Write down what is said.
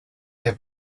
have